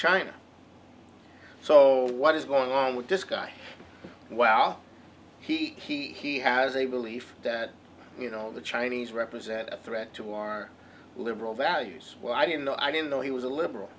china so what is going on with this guy well he has a belief that you know the chinese represent a threat to our liberal values well you know i didn't know he was a liberal